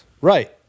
Right